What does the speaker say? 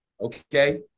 Okay